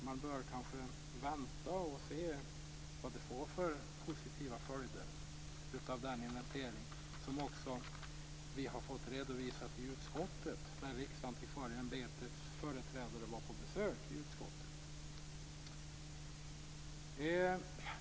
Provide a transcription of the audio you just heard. Man bör kanske vänta och se vad den inventering som redovisades när Riksantikvarieämbetets företrädare besökte utskottet får för positiva följder.